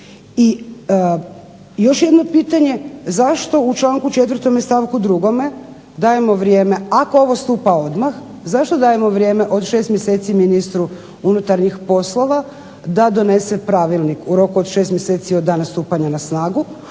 I još jedno pitanje, zašto u članku 4. stavku 2. dajemo vrijeme, ako ovo stupa odmah, zašto dajemo vrijeme od 6 mjeseci ministru unutarnjih poslova da donese pravilnik u roku od 6 mjeseci od dana stupanja na snagu,